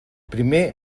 primer